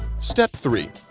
step three.